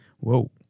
Whoa